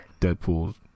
Deadpool